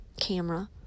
camera